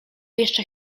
jeszcze